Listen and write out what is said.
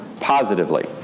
Positively